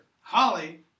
Holly